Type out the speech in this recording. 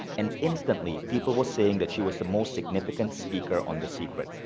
and instantly, people were saying that she was the most significant speaker on the secret.